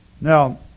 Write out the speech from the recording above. Now